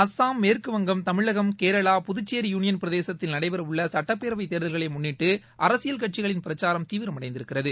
அசாம் மேற்கு வங்கம் தமிழகம் கேரளா புதுச்சேரி யூளியன் பிரதேசத்தில் நடைபெறவுள்ள சட்டப்பேரவை தேர்தல்களை முன்னிட்டு அரசியல் கட்சிகளின் பிரச்சாரம் தீவிரமடைந்திருக்கிறது